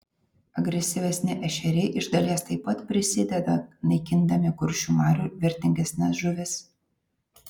agresyvesni ešeriai iš dalies taip pat prisideda naikindami kuršių marių vertingesnes žuvis